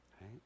Right